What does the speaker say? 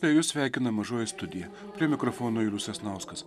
tai jus sveikina mažoji studija prie mikrofono julius sasnauskas